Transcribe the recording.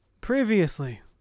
previously